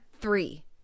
three